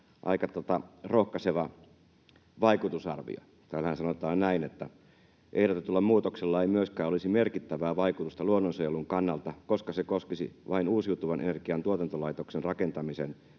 aika rohkaiseva vaikutusarvio. Täällähän sanotaan näin, että ”ehdotetulla muutoksella ei myöskään olisi merkittävää vaikutusta luonnonsuojelun kannalta, koska se koskisi vain uusiutuvan energian tuotantolaitoksen rakentamisen